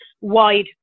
wide